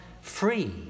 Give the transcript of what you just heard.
free